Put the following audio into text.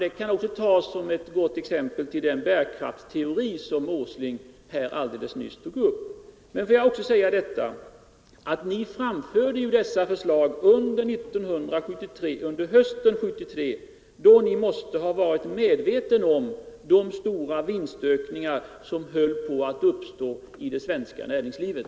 Det kan också tas som ett gott exempel på den bärkraftteori som herr Åsling alldeles nyss talade om. Låt mig tillägga att ni ju framförde detta förslag under hösten 1973, då ni måste ha varit medvetna om de stora vinstökningar som höll på att uppstå i det svenska näringslivet.